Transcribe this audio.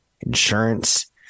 insurance